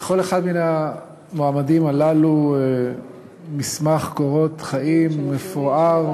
לכל אחד מן המועמדים הללו מסמך קורות חיים מפואר,